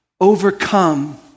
overcome